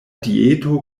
dieto